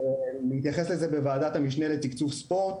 הוא התייחס לזה בוועדת המשנה לתקצוב ספורט,